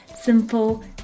simple